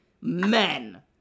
men